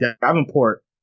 Davenport